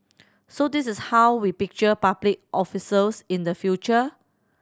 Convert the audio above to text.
so this is how we picture public officers in the future